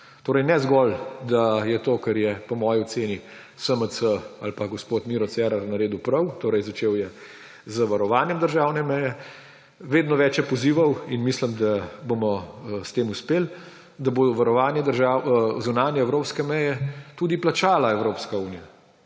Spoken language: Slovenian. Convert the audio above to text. Torej ne zgolj, da je to, kar je po moji oceni SMC ali pa gospod Miro Cerar naredil prav, torej začel je z varovanjem državne meje, vedno več je pozivov, in mislim, da bomo s tem uspeli, da bo varovanje zunanje evropske meje tudi plačala Evropska unija,